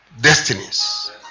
destinies